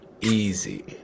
Easy